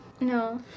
no